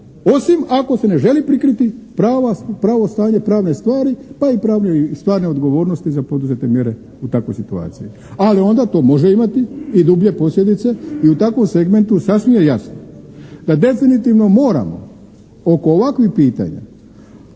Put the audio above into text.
Osim ako se ne želi prikriti pravo stanje pravne stvari pa i pravne i stvarne odgovornosti za poduzete mjere u takvoj situaciji. Ali onda to može imati i dublje posljedice i u takvom segmentu sasvim je jasno da definitivno moramo oko ovakvih pitanja